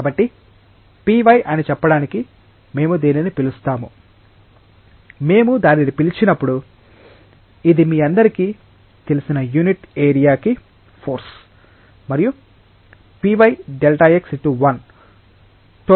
కాబట్టి Py అని చెప్పడానికి మేము దీనిని పిలుస్తాము మేము దానిని పిలిచినప్పుడు ఇది మీ అందరికీ తెలిసిన యూనిట్ ఏరియా కి ఫోర్స్ మరియు Py Δx ×1 టోటల్ ఫోర్స్